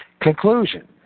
Conclusion